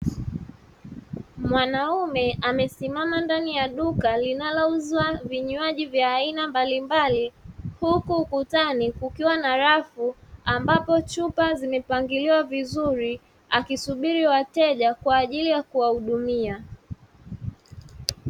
Mwanaume amesimama ndani ya duka linalouza vinywaji vya aina mbalimbali. Huku ukutani kukiwa na rafu ambapo chupa zimepangiliwa vizuri akisubiri wateja kwa ajili ya kuwahudumia.